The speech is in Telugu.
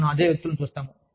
మనము అదే వ్యక్తులను చూస్తాము